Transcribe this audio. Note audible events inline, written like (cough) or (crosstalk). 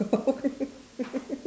(laughs)